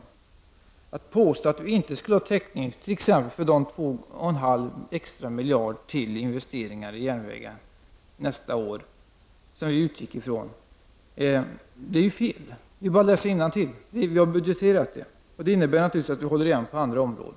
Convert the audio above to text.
Påståendet att vi inte skulle ha täckning för de 2,5 extra miljarder till investeringar i järnvägen nästa år som vi utgick ifrån är fel. Det är bara att läsa innantill; vi har budgeterat det. Det innebär naturligtvis att vi håller igen på andra områden.